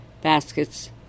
baskets